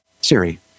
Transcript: Siri